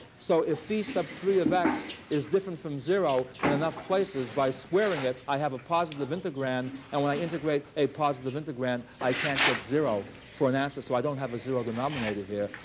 so if phi sub three of x is different from zero in enough places, by squaring it, i have a positive integrand. and when i integrate a positive integrand i can't get zero for an answer. so i don't have a zero denominator here.